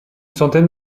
centaine